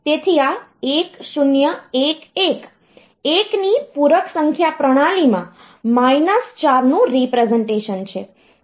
તેથી આ 1 ની પૂરક સંખ્યા પ્રણાલીમાં માઈનસ 4 નું રીપ્રેસનટેશનછે